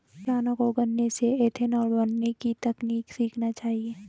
किसानों को गन्ने से इथेनॉल बनने की तकनीक सीखना चाहिए